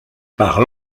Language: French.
par